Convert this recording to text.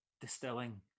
distilling